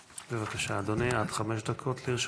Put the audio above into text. בבקשה, אדוני, עד חמש דקות לרשותך.